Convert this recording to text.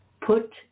put